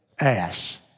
Ass